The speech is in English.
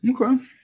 Okay